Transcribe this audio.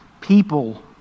people